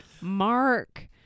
Mark